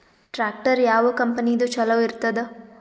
Tractor ಯಾವ ಕಂಪನಿದು ಚಲೋ ಇರತದ?